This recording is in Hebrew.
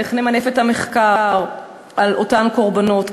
איך נמנף את המחקר על אותן קורבנות,